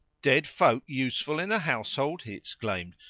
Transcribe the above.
dead folk useful in a household! he exclaimed.